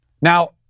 Now